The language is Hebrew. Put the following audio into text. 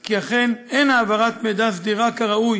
כי אכן אין העברת מידע סדירה כראוי